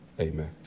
Amen